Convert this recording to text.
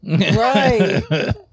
Right